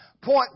Point